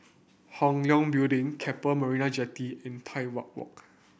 Hong Leong Building Keppel Marina Jetty and Tai Hwan Walk